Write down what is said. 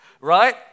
right